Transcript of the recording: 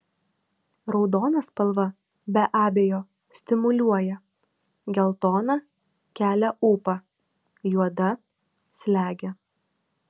raudona spalva be abejo stimuliuoja geltona kelia ūpą juoda slegia